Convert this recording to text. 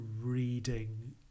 reading